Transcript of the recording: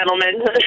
gentlemen